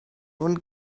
und